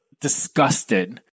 disgusted